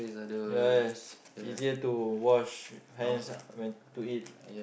yes easier to wash hands when to eat